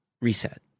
reset